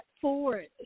forward